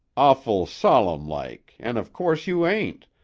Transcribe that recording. awful solemn-like, an' of course you ain't,